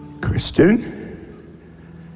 Kristen